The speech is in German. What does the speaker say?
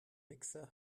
mixer